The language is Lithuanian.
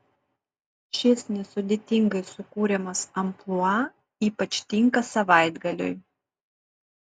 šis nesudėtingai sukuriamas amplua ypač tinka savaitgaliui